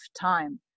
time